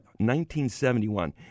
1971